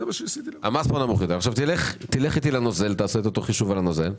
תלך אתי לנוזל.